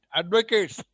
advocates